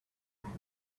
meant